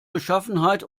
beschaffenheit